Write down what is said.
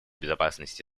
безопасности